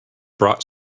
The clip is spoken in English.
brought